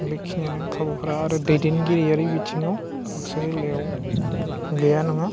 बेखिनियानो खाबुफोरा आरो दैदेनगिरियारि बिथिङाव बाक्सा जिल्लायाव गैया नङा